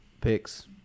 picks